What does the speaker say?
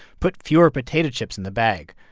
put fewer potato chips in the bag.